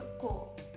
Cool